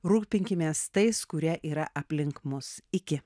rūpinkimės tais kurie yra aplink mus iki